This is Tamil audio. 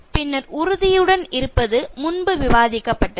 பின்னர் உறுதியுடன் இருப்பது பற்றி முன்பு விவாதிக்கப்பட்டது